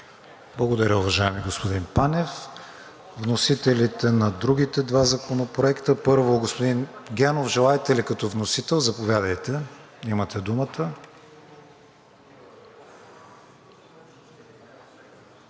Благодаря, уважаеми господин Панев. Вносителите на другите два законопроекта. Първо, господин Генов, желаете ли като вносител? Заповядайте – имате думата.